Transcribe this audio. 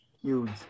huge